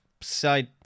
side